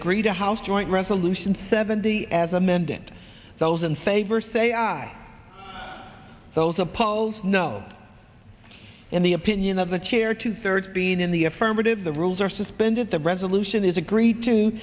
agree to house joint resolution seventy as amendment those in favor say aye those opposed no in the opinion of the chair two thirds being in the affirmative the rules are suspended the resolution is agreed to